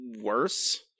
worse